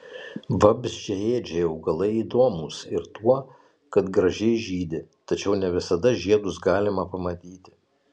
vabzdžiaėdžiai augalai įdomūs ir tuo kad gražiai žydi tačiau ne visada žiedus galima pamatyti